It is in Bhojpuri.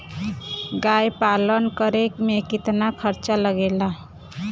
गाय पालन करे में कितना खर्चा लगेला?